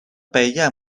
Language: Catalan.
paella